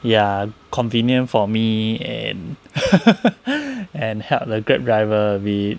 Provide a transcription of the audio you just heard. ya convenient for me and and help the Grab driver a bit